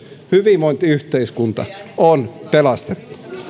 hyvinvointiyhteiskunta on pelastettu